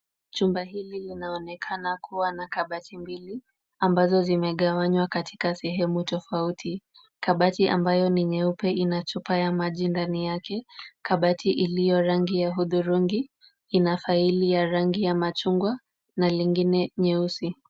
Chumba hili linaonekana kuwa na kabati mbili, ambazo zimegawanywa katika sehemu tofauti. Kabati ambayo ni nyeupe ina chupa ya maji ndani yake. Kabati iliyo rangi ya hudhurungi, ina faili ya rangi ya machngwa na lingine nyeusi.